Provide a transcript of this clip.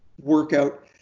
workout